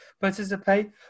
participate